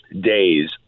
days